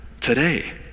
today